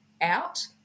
out